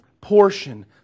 portion